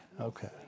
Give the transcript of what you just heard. Okay